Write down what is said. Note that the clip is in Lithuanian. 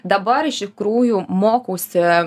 dabar iš tikrųjų mokausi